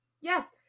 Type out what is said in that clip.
Yes